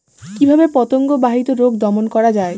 কিভাবে পতঙ্গ বাহিত রোগ দমন করা যায়?